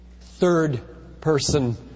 third-person